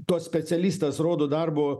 to specialistas rodo darbo